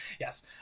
yes